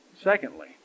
Secondly